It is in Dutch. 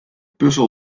puzzel